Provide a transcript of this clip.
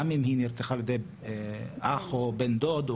גם אם היא נרצחה על ידי אח או בן משפחה,